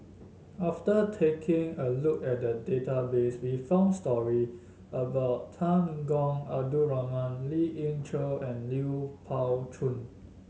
after taking a look at the database we found story about Temenggong Abdul Rahman Lien Ying Chow and Lui Pao Chuen